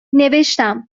نوشتم